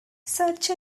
search